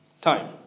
time